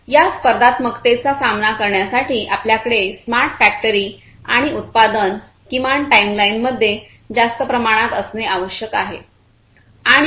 या स्पर्धात्मकतेचा सामना करण्यासाठी आपल्याकडे स्मार्ट फॅक्टरी आणि उत्पादन किमान टाइमलाइनमध्ये जास्त प्रमाणात असणे आवश्यक आहे